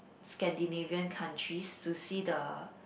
Scandinavian countries to see the